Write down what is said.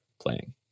playing